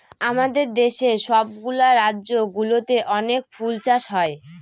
আমাদের দেশের সব গুলা রাজ্য গুলোতে অনেক ফুল চাষ হয়